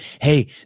Hey